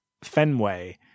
Fenway